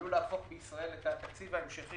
עלול להפוך בישראל את התקציב ההמשכי